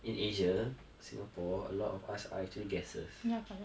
in asia singapore a lot of us are actually guessers